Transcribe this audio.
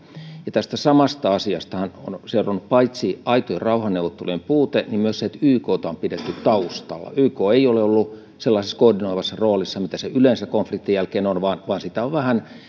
ja tästä samasta asiastahan on seurannut paitsi aitojen rauhanneuvottelujen puute myös se että ykta on pidetty taustalla yk ei ole ollut sellaisessa koordinoivassa roolissa missä se yleensä konfliktin jälkeen on vaan vaan sitä on vähän